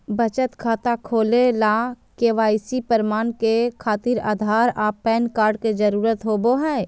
बचत खाता खोले ला के.वाइ.सी प्रमाण के खातिर आधार आ पैन कार्ड के जरुरत होबो हइ